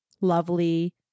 lovely